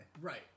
Right